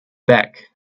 back